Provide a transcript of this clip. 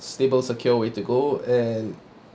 stable secure way to go and